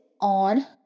on